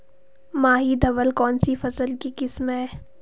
माही धवल कौनसी फसल की किस्म है?